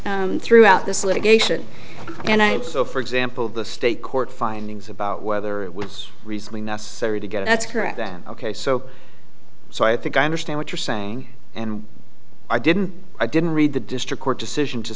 findings throughout this litigation and so for example the state court findings about whether it was recently necessary to get that's correct then ok so so i think i understand what you're saying and i didn't i didn't read the district court decision to